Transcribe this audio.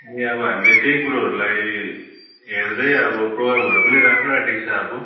अनि अब हामले त्यही कुरोहेरूलाई हेर्दै अब प्रोग्रामहरू पनि राख्नु आँटेको छ अब